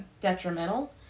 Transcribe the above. detrimental